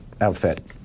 outfit